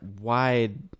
wide